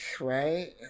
right